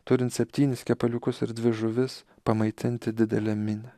turint septynis kepaliukus ir dvi žuvis pamaitinti didelę minią